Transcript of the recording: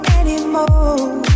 anymore